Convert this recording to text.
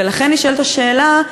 ולכן נשאלת השאלה,